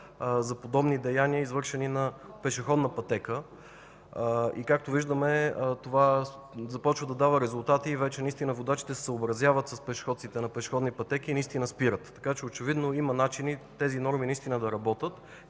за подобни деяния, извършени на пешеходна пътека. Както виждаме, това започва да дава резултати и вече водачите се съобразяват с пешеходците на пешеходни пътеки и наистина спират. Така че очевидно има начини тези норми да работят.